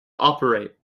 operate